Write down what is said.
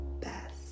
best